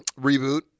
reboot